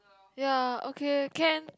ya okay can